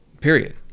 period